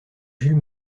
jules